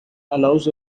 allows